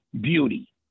beauty